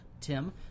Tim